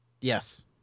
Yes